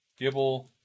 Gibble